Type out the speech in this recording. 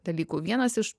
dalykų vienas iš